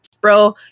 bro